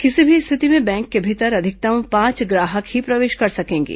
किसी भी रिथति में बैंक के भीतर अधिकतम पांच ग्राहक ही प्रवेश कर सकेंगे